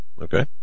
Okay